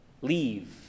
leave